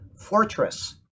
fortress